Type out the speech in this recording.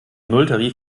nulltarif